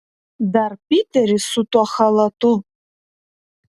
dar piteris su tuo chalatu